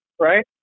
right